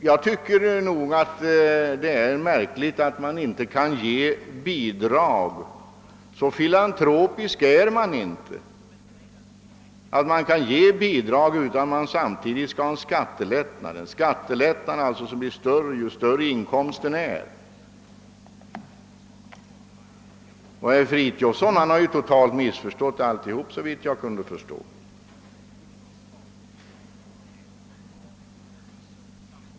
Jag tycker det är märkligt att man inte är så filantropisk att man kan ge bidrag utan att samtidigt få en skattelättnad, vilken blir större ju högre inkomsten är. Herr Fridolfsson i Stockholm har totalt missförstått alltsammans, såvitt jag kunde förstå.